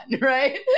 Right